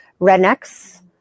Rednecks